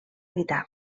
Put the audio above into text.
guitarra